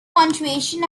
punctuation